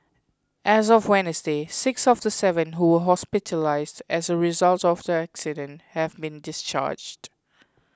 as of Wednesday six of the seven who were hospitalised as a result of the accident have been discharged